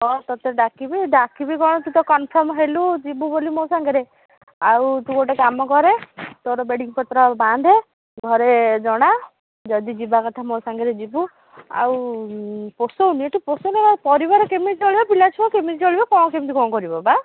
ହଁ ତୋତେ ଡାକିବି ଡାକିବି କ'ଣ ତୁ ତ କନଫର୍ମ୍ ହେଲୁ ଯିବୁ ବୋଲି ମୋ ସାଙ୍ଗରେ ଆଉ ତୁ ଗୋଟିଏ କାମ କରେ ତୋର ବେଡ଼ିଂପତ୍ର ଆଉ ବାନ୍ଧେ ଘରେ ଜଣା ଯଦି ଯିବାକଥା ମୋ ସାଙ୍ଗରେ ଯିବୁ ଆଉ ପୋଷଉନି ଏଠି ପୋଷଉନି ପରିବାର କେମିତି ଚଳିବ ପିଲା ଛୁଆ କେମିତି ଚଳିବ କ'ଣ କେମିତି କ'ଣ କରିବ ବା